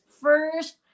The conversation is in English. first